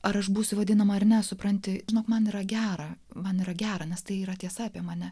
ar aš būsiu vadinama ar nesupranti žinok man yra gera man yra gera nes tai yra tiesa apie mane